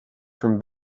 from